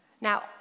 Now